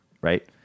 right